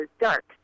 dark